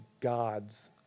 God's